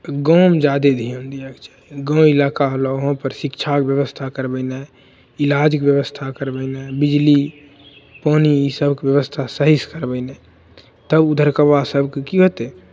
तऽ गाँवमे जादे ध्यान दियक चाही गाँव इलाका होल ओहाँ पर शिक्षाक व्यवस्था करबेनाइ इलाज व्यवस्था करबेनाइ बिजली पानि इसबके व्यवस्था सहीसे करबेनाइ तब उधरके गौआँ सबके की होतै